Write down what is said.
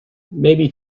maybe